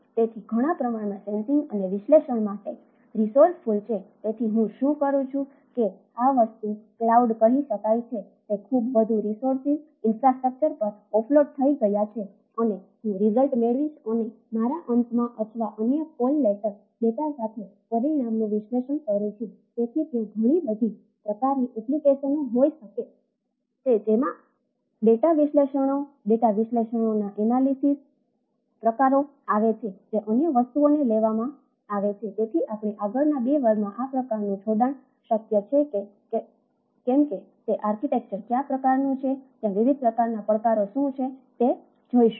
તેથીઘણા પ્રમાણમા સેન્સિંગ અને વિશ્લેષણમાં માટે રેસોર્સિસ કયા પ્રકારનું છે ત્યાં વિવિધ પ્રકારના પડકારો શું છે તે જોઈશું